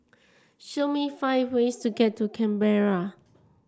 show me five ways to get to Canberra